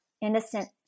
innocent